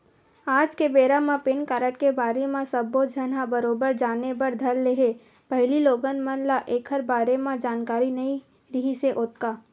आज के बेरा म पेन कारड के बारे म सब्बो झन ह बरोबर जाने बर धर ले हे पहिली लोगन मन ल ऐखर बारे म जानकारी नइ रिहिस हे ओतका